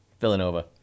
Villanova